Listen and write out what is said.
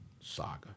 saga